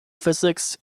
physics